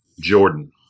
Jordan